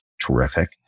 Terrific